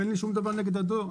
אין לי שום דבר נגד הדואר.